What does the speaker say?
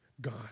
God